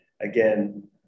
Again